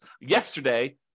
yesterday